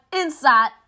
inside